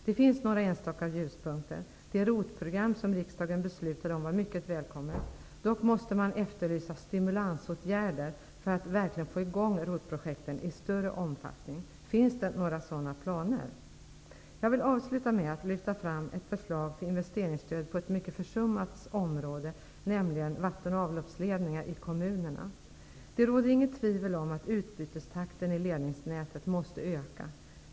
Det finns några enstaka ljuspunkter. Det ROT program som riksdagen beslutade om var mycket välkommet. Jag efterlyser dock stimulansåtgärder för att man verkligen skall få i gång ROT-projekten i större omfattning. Finns det några sådana planer? Jag vill avsluta med att lyfta fram ett förslag till investeringsstöd på ett mycket försummat område, nämligen vatten och avloppsledningar i kommunerna. Det råder inget tvivel om att utbytestakten i ledningsnätet måste öka.